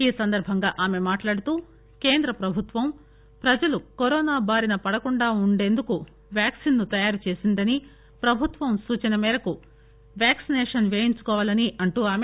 ఈ సందర్బంగా ఆమె మాట్లాడుతూ కేంద్ర ప్రభుత్వం ప్రజలు కరోనా బారిన పడకుండా ఉండేందుకు వ్యాక్సిన్ ను తయారు చేసిందనిప్రభుత్వం సూచన మేరకు వ్యాక్సిసేషన్ పేయించుకోవాలని అంటూ ఆమె